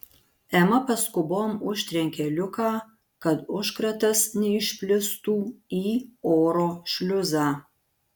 ema paskubom užtrenkė liuką kad užkratas neišplistų į oro šliuzą